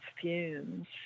fumes